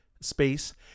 Space